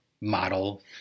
model